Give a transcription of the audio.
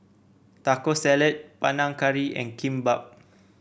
Taco Salad Panang Curry and Kimbap